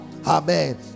amen